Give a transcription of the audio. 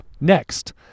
Next